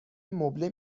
مبله